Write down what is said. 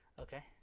Okay